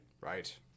Right